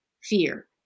fear